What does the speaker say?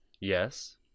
Yes